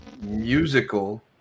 musical